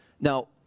Now